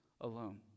alone